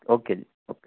okay ਜੀ okay